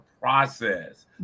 process